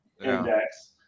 index